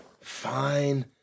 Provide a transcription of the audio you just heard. Fine